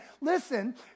Listen